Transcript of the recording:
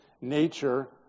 nature